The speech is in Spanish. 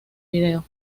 vídeo